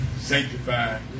sanctified